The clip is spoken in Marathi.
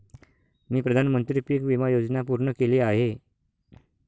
मी प्रधानमंत्री पीक विमा योजना पूर्ण केली आहे